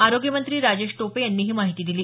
आरोग्य मंत्री राजेश टोपे यांनी ही माहिती दिली